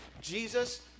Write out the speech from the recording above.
Jesus